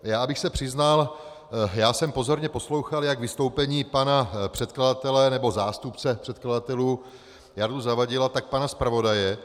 Abych se přiznal, já jsem pozorně poslouchal jak vystoupení pana předkladatele, nebo zástupce předkladatelů Jardy Zavadila, tak pana zpravodaje.